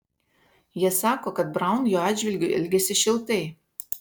jie sako kad braun jo atžvilgiu elgėsi šiltai